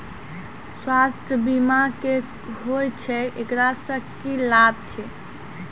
स्वास्थ्य बीमा की होय छै, एकरा से की लाभ छै?